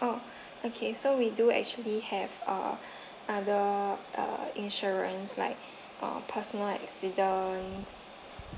oh okay so we do actually have uh other uh insurance like uh personal accidents